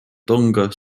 тонга